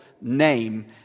name